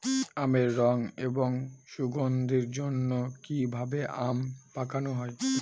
আমের রং এবং সুগন্ধির জন্য কি ভাবে আম পাকানো হয়?